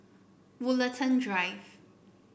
Woollerton Drive